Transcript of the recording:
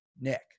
Nick